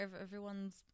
everyone's